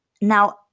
Now